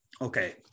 Okay